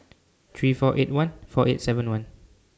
three four eight one four eight seven one